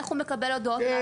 איך הוא מקבל הודעות מהבנק.